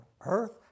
earth